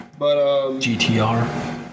GTR